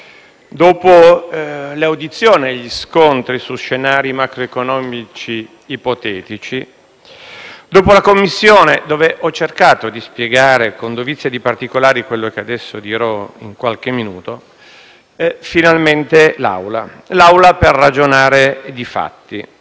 dopo le audizioni e gli scontri su scenari macroeconomici ipotetici, dopo la Commissione, dove ho cercato di spiegare, con dovizia di particolari, quello che adesso dirò in qualche minuto. Finalmente l'Aula, per ragionare di fatti.